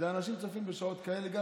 אנשים צופים גם בשעות כאלה,